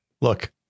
Look